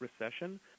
Recession